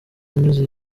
anyuze